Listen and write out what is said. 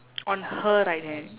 on her right hand